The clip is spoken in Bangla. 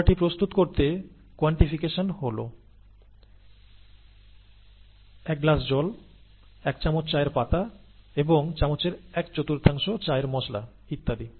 খাবারটি প্রস্তুত করতে কোয়ান্টিফিকেশন হল এক গ্লাস জল এক চামচ চায়ের পাতা এবং চামচের এক চতুর্থাংশ চায়ের মসলা ইত্যাদি